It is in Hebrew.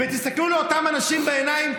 תסתכלו לאותם אנשים בעיניים,